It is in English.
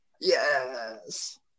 Yes